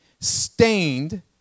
stained